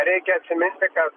reikia atsiminti kad